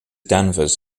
danvers